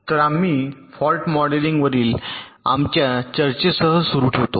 तर आम्ही फॉल्ट मॉडेलिंगवरील आमच्या चर्चेसह सुरू ठेवतो